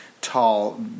tall